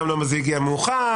למה זה הגיע מאוחר?